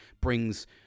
brings